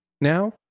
now